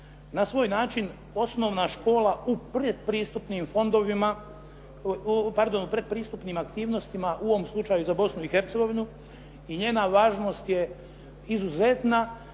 fondovima, pardon, u pretpristupnim aktivnostima, u ovom slučaju za Bosnu i Hercegovinu i njena važnost je izuzetna